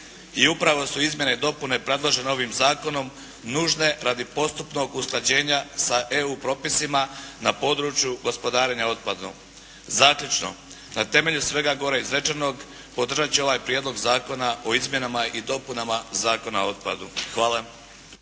I upravo su izmjene i dopune predložene ovim zakonom nužne radi postupnog usklađenja sa EU propisima na području gospodarenja otpadom. Zaključno. Na temelju svega gore izrečenog podržati ću ovaj Prijedlog zakona o izmjenama i dopunama Zakona o otpadu. Hvala.